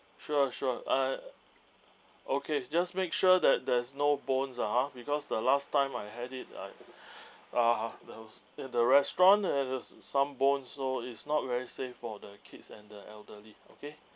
sure sure uh okay just make sure that there's no bones ah because the last time I had it like I've at the restaurant have some bones so it's not very safe for the kids and the elderly okay